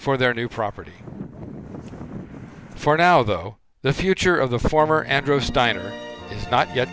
for their new property for now though the future of the former address diner not ye